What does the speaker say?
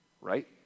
right